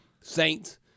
Saints